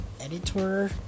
editor